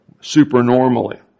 supernormally